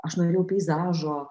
aš norėjau peizažo